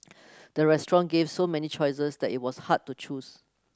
the restaurant gave so many choices that it was hard to choose